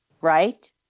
right